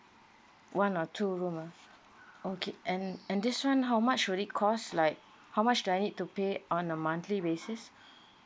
one or two room ah okay and and this one how much will it cost like how much do I need to pay on a monthly basis